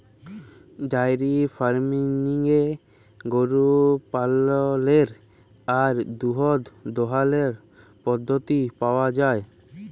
diary ফার্মিংয়ে গরু পাললের আর দুহুদ দহালর পদ্ধতি পাউয়া যায়